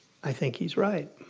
i think he's right.